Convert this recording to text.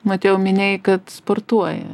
motiejau minėjai kad sportuoji